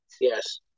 yes